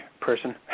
person